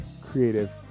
creative